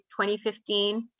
2015